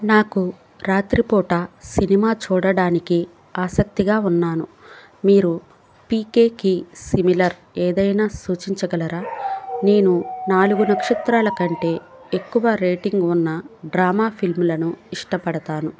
నాకు రాత్రి పూట సినిమా చూడానికి ఆసక్తిగా ఉన్నాను మీరు పీకేకి సిమిలర్ ఏదైనా సూచించగలరా నేను నాలుగు నక్షత్రాల కంటే ఎక్కువ రేటింగ్ ఉన్న డ్రామా ఫిల్మ్లను ఇష్టపడతాను